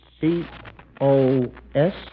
C-O-S